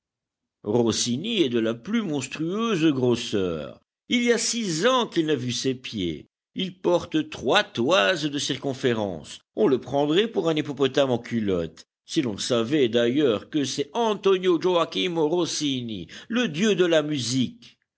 rossini est de la plus monstrueuse grosseur il y a six ans qu'il n'a vu ses pieds il porte trois toises de circonférence on le prendrait pour un hippopotame en culottes si l'on ne savait d'ailleurs que c'est antonio joachimo rossini le dieu de la musique